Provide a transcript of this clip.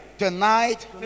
tonight